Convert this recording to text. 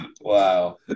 Wow